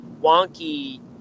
wonky